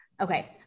Okay